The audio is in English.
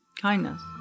Kindness